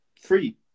free